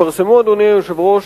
אדוני היושב-ראש,